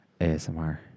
ASMR